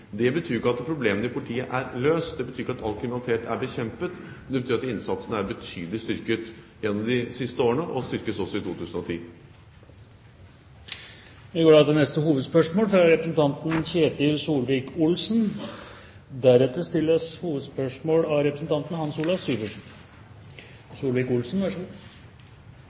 Det betyr jo ikke at problemene i politiet er løst, det betyr ikke at all kriminalitet er bekjempet, men det betyr at innsatsen er betydelig styrket gjennom de siste årene, og den styrkes også i 2010. Vi går til neste hovedspørsmål.